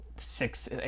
Six